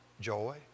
joy